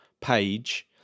page